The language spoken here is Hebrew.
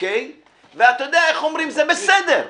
ואתה יודע, זה בסדר,